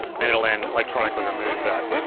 and it'll then electronically remove that